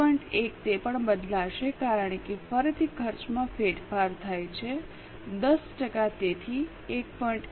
1 તે પણ બદલાશે કારણ કે ફરીથી ખર્ચમાં ફેરફાર થાય છે 10 ટકા તેથી 1